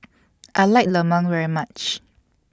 I like Lemang very much